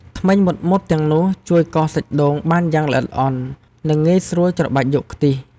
ធ្មេញមុតៗទាំងនោះជួយកោសសាច់ដូងបានយ៉ាងល្អិតល្អន់ និងងាយស្រួលច្របាច់យកខ្ទិះ។